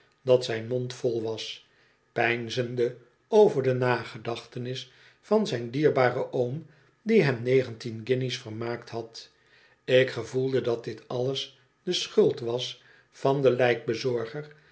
dat zijn mond vol was peinzende over de nagedachtenis van zijn dierbaren oom die hem negentien guinjes vermaakt had ik gevoelde dat dit alles de schuld was van den